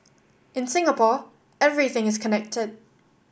in Singapore everything is connected